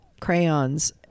crayons